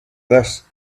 this